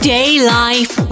Daylife